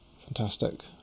fantastic